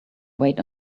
wait